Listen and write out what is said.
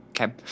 Okay